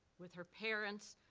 with her parents,